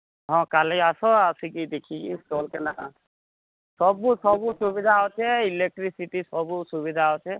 ହଁ କାଲି ଆସ ଆସିକି ଦେଖିକି ଷ୍ଟଲ୍ କେମିତି ସବୁ ସବୁ ସୁବିଧା ଅଛି ଇଲେକ୍ଟ୍ରିସିଟି ସବୁ ସୁବିଧା ଅଛି